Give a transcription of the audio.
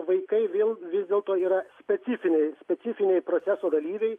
vaikai vėl vis dėlto yra specifiniai specifiniai proceso dalyviai